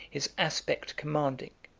his aspect commanding.